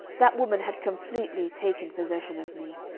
that woman had completely taken possession of me.